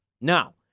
Now